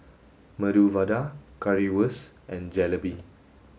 Medu Vada Currywurst and Jalebi